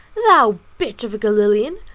thou bitch of a galilean,